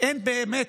אין באמת